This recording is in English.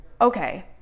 okay